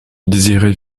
désiraient